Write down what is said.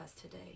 today